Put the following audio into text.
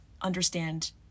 understand